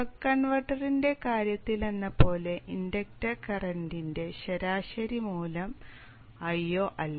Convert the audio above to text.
buck കൺവെർട്ടറിന്റെ കാര്യത്തിലെന്നപോലെ inductor കറന്റിന്റെ ശരാശരി മൂല്യം Io അല്ല